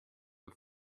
are